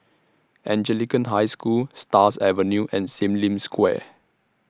Anglican High School Stars Avenue and SIM Lim Square